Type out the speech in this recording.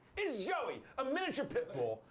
is joey a miniature pit bull,